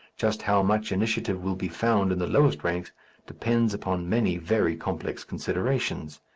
just how much initiative will be found in the lowest ranks depends upon many very complex considerations.